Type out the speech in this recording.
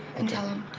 and tell him